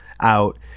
out